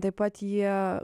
taip pat jie